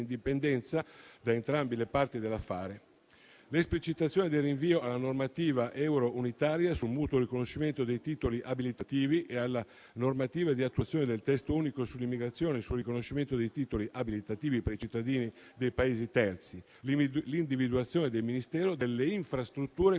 da entrambe le parti dell'affare; le esplicitazioni del rinvio alla normativa euro-unitaria sul mutuo riconoscimento dei titoli abilitativi e alla normativa di attuazione del Testo unico sull'immigrazione, sul riconoscimento dei titoli abilitativi per i cittadini dei Paesi terzi; l'individuazione del Ministero delle infrastrutture come